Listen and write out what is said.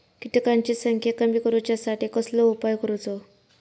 किटकांची संख्या कमी करुच्यासाठी कसलो उपाय करूचो?